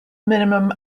minimum